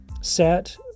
set